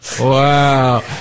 Wow